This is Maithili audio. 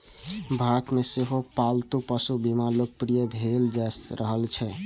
भारत मे सेहो पालतू पशु बीमा लोकप्रिय भेल जा रहल छै